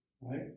Right